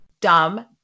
dumb